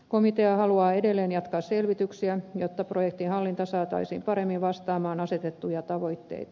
komitea haluaa edelleen jatkaa selvityksiä jotta projektihallinta saataisiin paremmin vastaamaan asetettuja tavoitteita